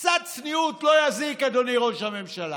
קצת צניעות לא תזיק, אדוני ראש הממשלה.